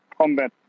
combat